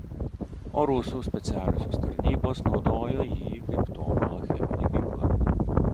o rusų specialiosios tarnybos naudojo jį kaip tobulą cheminį ginklą